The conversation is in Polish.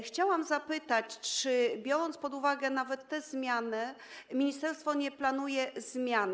Chciałam zapytać, czy biorąc pod uwagę nawet te zmiany, ministerstwo nie planuje zmian.